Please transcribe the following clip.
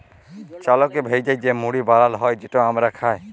চালকে ভ্যাইজে যে মুড়ি বালাল হ্যয় যেট আমরা খাই